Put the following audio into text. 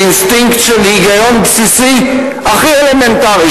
באינסטינקט של היגיון בסיסי הכי אלמנטרי,